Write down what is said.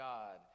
God